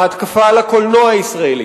ההתקפה על הקולנוע הישראלי,